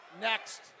next